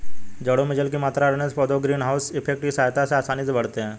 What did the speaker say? जड़ों में जल की मात्रा रहने से पौधे ग्रीन हाउस इफेक्ट की सहायता से आसानी से बढ़ते हैं